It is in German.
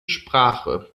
sprache